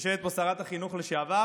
יושבת פה שרת החינוך לשעבר,